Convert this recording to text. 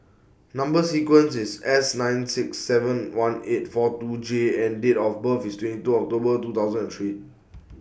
Number sequence IS S nine six seven one eight four two J and Date of birth IS twenty two October two thousand and three